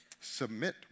Submit